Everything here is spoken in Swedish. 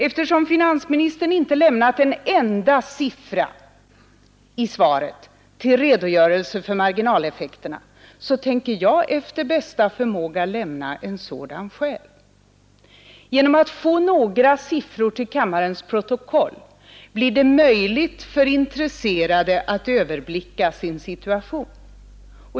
Eftersom finansministern inte lämnat en enda siffra i svaret till redogörelse för marginaleffekterna tänker jag efter bästa förmåga lämna en sådan själv. Genom att jag får in några siffror i kammarens protokoll blir det möjligt för intresserade att överblicka sin situation.